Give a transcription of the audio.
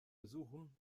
besuchen